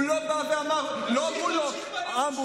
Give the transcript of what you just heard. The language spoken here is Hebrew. הוא לא בא ואמר, לא אמרו לו אמבוש.